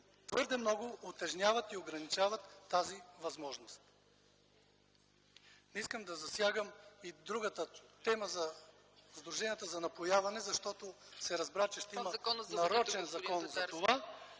твърде много утежняват и ограничават тази възможност. Не искам да засягам и другата тема за сдруженията за напояване, защото се разбра, че ще има нарочен закон за това.